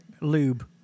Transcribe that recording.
Lube